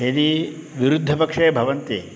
यदि विरुद्धपक्षे भवन्ति